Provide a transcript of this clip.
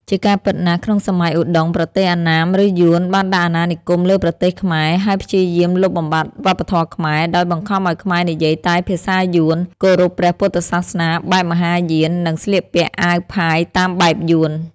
ជាការពិតណាស់ ក្នុងសម័យឧដុង្គ ប្រទេសអណ្ណាម ឬយួន បានដាក់អាណានិគមលើប្រទេសខ្មែរ ហើយព្យាយាមលុបបំបាត់វប្បធម៌ខ្មែរ ដោយបង្ខំឱ្យខ្មែរនិយាយតែភាសាយួន គោរពព្រះពុទ្ធសាសនាបែបមហាយាន និងស្លៀកពាក់អាវផាយតាមបែបយួន។